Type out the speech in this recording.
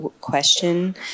question